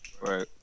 Right